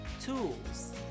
Tools